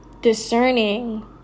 Discerning